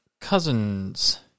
Cousins